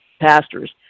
pastors